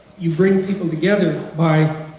you bring people together by